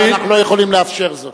אבל אנחנו לא יכולים לאפשר זאת.